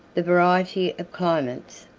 the variety of climates,